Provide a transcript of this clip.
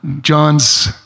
John's